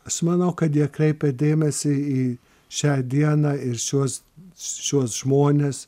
aš manau kad jie kreipia dėmesį į šią dieną ir šiuos šiuos žmones